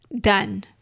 done